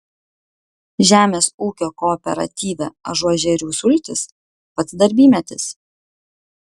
žemės ūkio kooperatyve ažuožerių sultys pats darbymetis